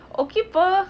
okay [pe]